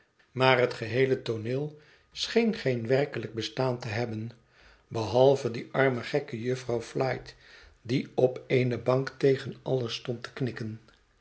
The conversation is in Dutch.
maar het geheele tooneel scheen geen werkelijk bestaan te hebben behalve die arme gekke jufvrouw flite die op eene bank tegen alles stond te knikken